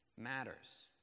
matters